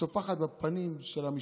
וטופחת על פני המשפחה,